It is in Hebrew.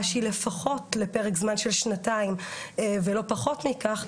שהיא לפחות לפרק זמן של שנתיים ולא פחות מכך,